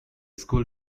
school